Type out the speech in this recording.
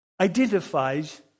identifies